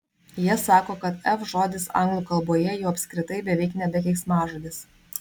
jie sako kad f žodis anglų kalboje jau apskritai beveik nebe keiksmažodis